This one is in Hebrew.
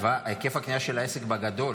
היקף הקנייה של העסק בגדול,